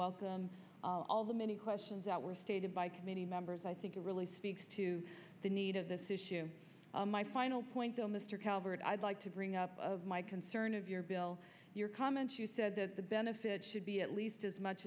the many questions that were stated by committee members i think it really speaks to the need of this issue my final point though mr calvert i'd like to bring up of my concern of your bill your comment you said that the benefit should be at least as much